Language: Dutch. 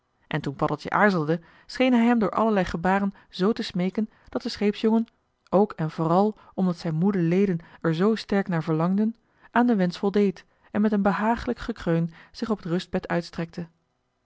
en toen paddeltje aarzelde scheen hij hem door allerlei gebaren zoo te smeeken dat de scheepsjongen ook en vooral omdat zijn moede leden er zoo sterk naar verlangden aan den wensch voldeed en met een behaaglijk gekreun zich op het rustbed uitstrekte